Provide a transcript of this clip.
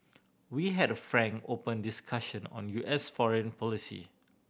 we had a frank open discussion on U S foreign policy